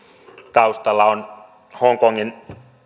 taustalla on hongkongin